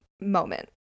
moment